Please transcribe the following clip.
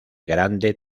grande